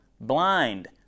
blind